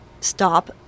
stop